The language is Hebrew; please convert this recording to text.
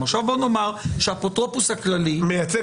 עכשיו בו נאמר שהאפוטרופוס הכללי מייצג